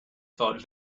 thought